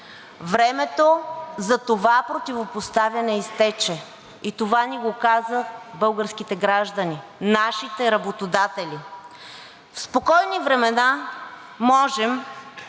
Времето за това противопоставяне изтече и това ни го казаха българските граждани – нашите работодатели. В спокойни времена можем